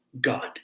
god